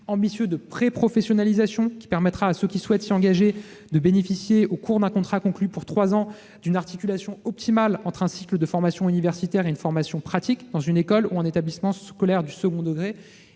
ambitieux de préprofessionnalisation. Ce dernier permettra à ceux qui souhaitent s'y engager de bénéficier, au cours d'un contrat conclu pour trois ans, d'une articulation optimale entre un cycle de formation universitaire et une formation pratique dans une école ou un établissement scolaire du second degré.